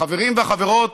החברים והחברות,